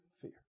fear